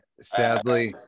sadly